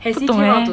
不懂 eh